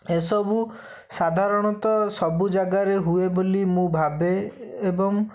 ଏସବୁ ସାଧାରଣତଃ ସବୁ ଜାଗାରେ ହୁଏ ବୋଲି ମୁଁ ଭାବେ ଏବଂ